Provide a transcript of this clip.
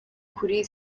kuri